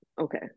okay